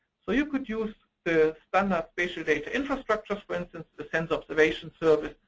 so you could use the standard spatial data infrastructures, for instance, the sensor observation service,